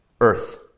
Earth